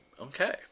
Okay